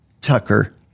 Tucker